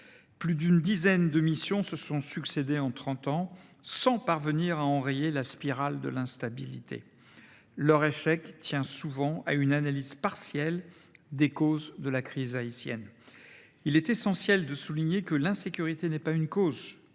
Plus d’une dizaine de missions se sont succédé en trente ans, sans parvenir à enrayer la spirale de l’instabilité. Leur échec tient souvent au caractère partiel de l’analyse faite des causes de la crise haïtienne. Il est essentiel de le souligner, l’insécurité est non pas une cause,